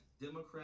democrat